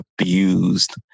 abused